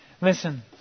Listen